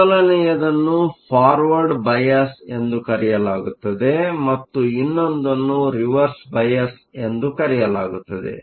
ಮೊದಲನೆಯದನ್ನು forward bias ಎಂದು ಕರೆಯಲಾಗುತ್ತದೆ ಮತ್ತು ಇನ್ನೊಂದನ್ನು ರಿವರ್ಸ್ ಬಯಾಸ್ ಎಂದು ಕರೆಯಲಾಗುತ್ತದೆ